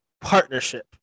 partnership